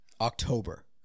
October